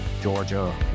Georgia